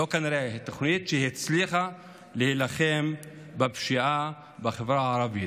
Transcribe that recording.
תוכנית שהצליחה להילחם בפשיעה בחברה הערבית,